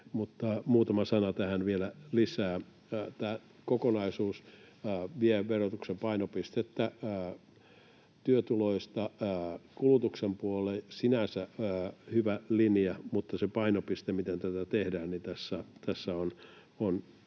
muutama sana tähän vielä lisää. Tämä kokonaisuus vie verotuksen painopistettä työtuloista kulutuksen puolelle, sinänsä hyvä linja. Mutta se painopiste, miten tätä tehdään, on tässä